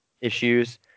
issues